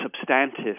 substantive